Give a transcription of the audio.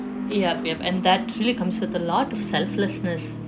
yup yup and that truly comes with a lot of selflessness